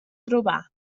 trobar